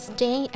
Stay